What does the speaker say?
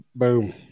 Boom